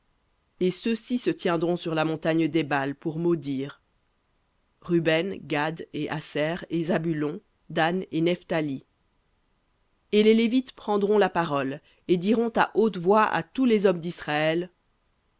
et ceux-ci se tiendront sur la montagne d'ébal pour maudire ruben gad et aser et zabulon dan et nephthali et les lévites prendront la parole et diront à haute voix à tous les hommes d'israël